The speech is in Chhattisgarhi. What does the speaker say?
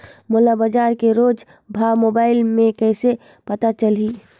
मोला बजार के रोज भाव मोबाइल मे कइसे पता चलही?